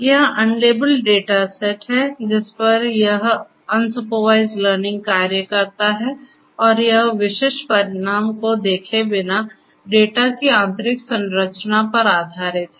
यह unlabelled data set है जिस पर यह अनसुपरवाइज्ड लर्निंग कार्य करता है और यह विशिष्ट परिणाम को देखे बिना डेटा की आंतरिक संरचना पर आधारित है